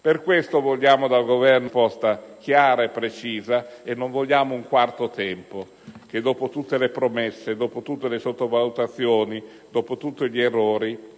Per questo vogliamo dal Governo una risposta chiara e precisa. Non vogliamo un "quarto tempo" e che dopo tutte le promesse, le sottovalutazioni, gli errori